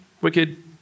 Wicked